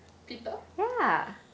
peter